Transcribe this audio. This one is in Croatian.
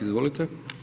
Izvolite.